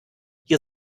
ihr